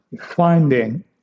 finding